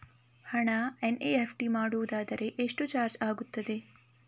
ಹಣ ಎನ್.ಇ.ಎಫ್.ಟಿ ಮಾಡುವುದಾದರೆ ಎಷ್ಟು ಚಾರ್ಜ್ ಆಗುತ್ತದೆ?